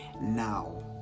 now